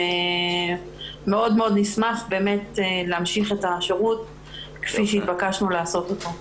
מאוד מאוד נשמח להמשיך את השירות כפי שהתבקשנו לעשות אותו.